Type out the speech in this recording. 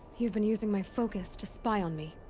you've been using my focus to spy on me.